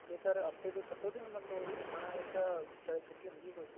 ਅਤੇ ਸਰ ਹਫ਼ਤੇ ਦੇ ਸੱਤੋ ਦਿਨ ਮਤਲਬ ਆਉਣਾ ਹੈ ਜਾਂ ਵਿਚਾਲੇ ਛੁੱਟੀ ਹੁੰਦੀ ਹੈ ਕੋਈ